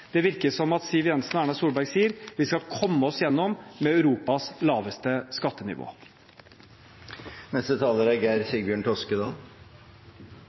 Det virker som om Siv Jensen og Erna Solberg sier: Vi skal komme oss igjennom med Europas laveste skattenivå.